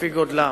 לפי גודלם.